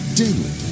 daily